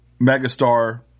megastar